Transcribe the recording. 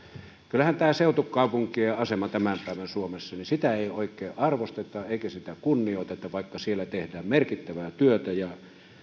eihän tätä seutukaupunkien asemaa tämän päivän suomessa oikein arvosteta eikä sitä kunnioiteta vaikka siellä tehdään merkittävää työtä ja